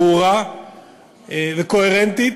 ברורה וקוהרנטית